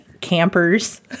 campers